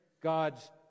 God's